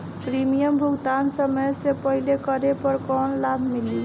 Premium भुगतान समय से पहिले करे पर कौनो लाभ मिली?